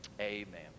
amen